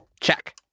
Check